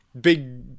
Big